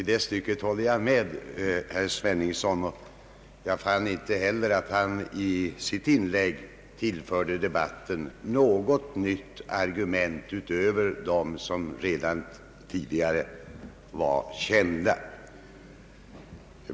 Jag delar den uppfattningen, och jag fann inte heller att han i sitt inlägg tillförde debatten något nytt argument utöver de redan tidigare kända.